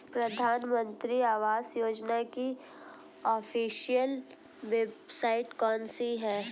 प्रधानमंत्री आवास योजना की ऑफिशियल वेबसाइट कौन सी है?